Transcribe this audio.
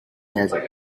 desert